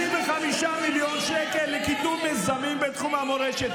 55 מיליון שקל לקידום מיזמים בתחום המורשת,